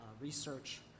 research